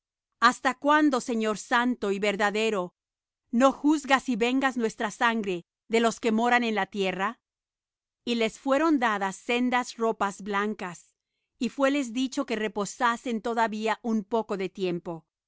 hasta cuándo señor santo y verdadero no juzgas y vengas nuestra sangre de los que moran en la tierra y les fueron dadas sendas ropas blancas y fuéles dicho que reposasen todavía un poco de tiempo